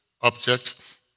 object